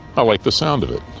i like the sound of it.